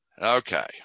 okay